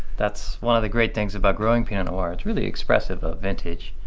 that's one of the great things about growing pinot noir. it's really expressive of vintage,